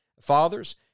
Fathers